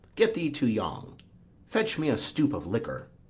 get thee to yaughan fetch me a stoup of liquor.